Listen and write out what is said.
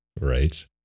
right